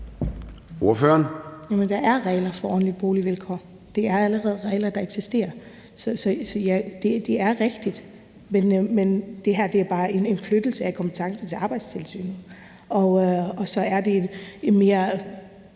der er regler for ordentlige boligvilkår. Det er regler, der allerede eksisterer. Så ja, det er rigtigt, men det her er bare en flytning af kompetencerne til Arbejdstilsynet,